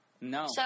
No